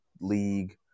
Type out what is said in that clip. League